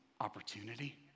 opportunity